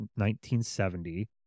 1970